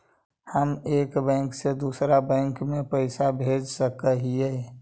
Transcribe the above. हम एक बैंक से दुसर बैंक में पैसा भेज सक हिय?